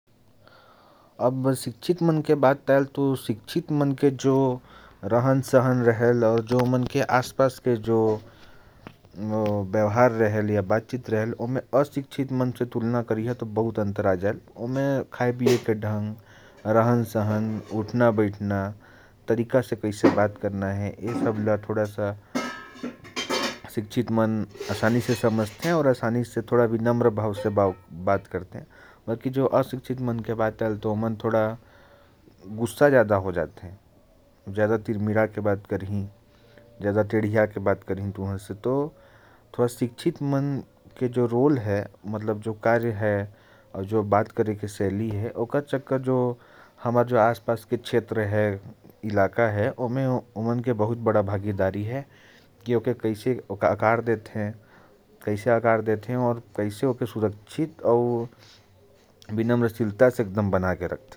अब शिक्षित मन के बात आयल तो, अगर उनके तू अशिक्षित मन से तुलना करिहा तो, बहुत अंतर देखे बर मिलही। शिक्षित मन के बात, व्यवहार, रहन-सहन, बातचीत के तरीका, विनम्र स्वभाव, और भी बहुत सारा अंतर होयल।